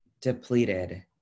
depleted